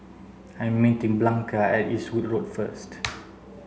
I'm meeting Blanca at Eastwood Road first